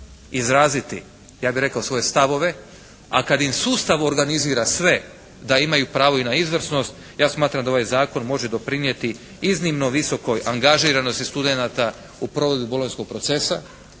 izraziti ja bih rekao svoje stavove, a kad im sustav organizira sve da imaju pravo i na izvrsnost, ja smatram da ovaj zakon može doprinijeti iznimno visokoj angažiranosti studenata u provedbi Bolonjskog procesa,